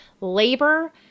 labor